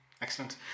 Excellent